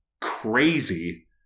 crazy